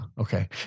Okay